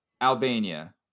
Albania